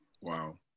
Wow